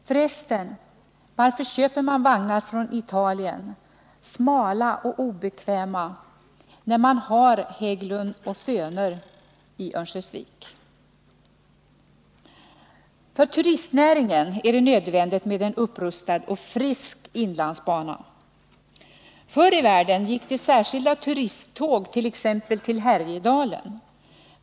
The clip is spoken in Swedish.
För resten, varför köper man vagnar från Italien — smala och obekväma — när man har Hägglund & Söner i Örnsköldsvik? För turistnäringen är det nödvändigt med en upprustad och frisk inlandsbana. Förr i världen gick det särskilda turisttåg exempelvis till Härjedalen.